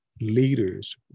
leaders